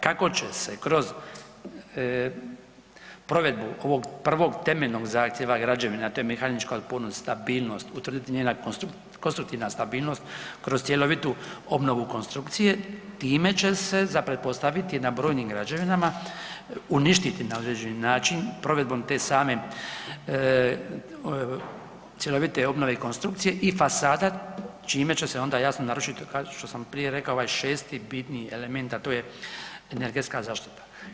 Kako će se kroz provedbu ovog prvog temeljnog zahtjeva građevina, a to je mehanička otpornost i stabilnost, utvrditi njena konstruktivna stabilnost kroz cjelovitu obnovu konstrukcije time će se, za pretpostaviti je, na brojnim građevinama uništiti na određeni način provedbom te same cjelovite obnove i konstrukcije i fasada čime će se onda jasno narušit, što sam prije rekao, ovaj šesti bitni element, a to je energetska zaštita.